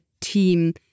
team